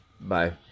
Bye